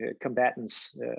combatants